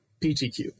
PTQ